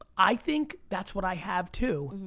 ah i think that's what i have too.